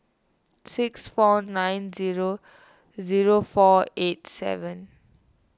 six four nine zero zero four eight seven